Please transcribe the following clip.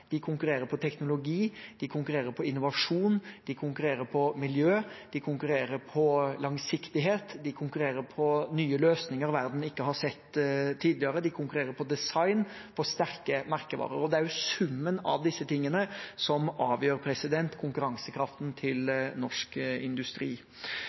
De konkurrerer på teknologi, de konkurrerer på innovasjon, de konkurrerer på miljø, de konkurrerer på langsiktighet, de konkurrerer på nye løsninger verden ikke har sett tidligere, de konkurrerer på design og sterke merkevarer. Det er summen av disse tingene som avgjør konkurransekraften til